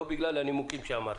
לא בגלל הנימוקים שאמרתם.